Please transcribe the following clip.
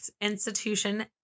institution